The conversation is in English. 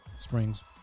Springs